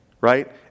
Right